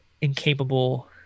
incapable